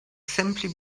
simply